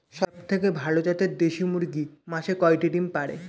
সবথেকে ভালো জাতের দেশি মুরগি মাসে কয়টি ডিম পাড়ে?